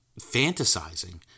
fantasizing